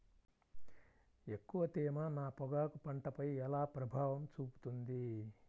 ఎక్కువ తేమ నా పొగాకు పంటపై ఎలా ప్రభావం చూపుతుంది?